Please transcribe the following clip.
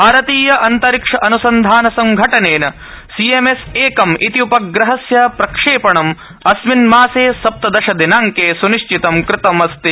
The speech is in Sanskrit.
भारतीय अंतरिक्ष अन्संधान परिषदा सीएमएस् एकम् इति उपग्रहस्य प्रक्षेपणं अस्मिन् मासे सप्तदशदिनांके सुनिश्चितं कृतम् अस्ति